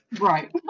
Right